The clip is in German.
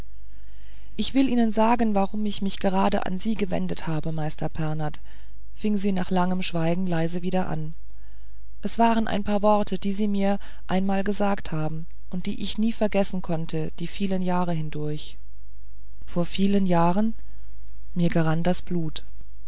ich will ihnen sagen warum ich mich gerade an sie gewendet habe meister pernath fing sie nach langem schweigen leise wieder an es waren ein paar worte die sie mir einmal gesagt haben und die ich nie vergessen konnte die vielen jahre hindurch vor vielen jahren mir gerann das blut